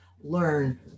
learn